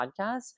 podcast